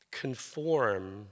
conform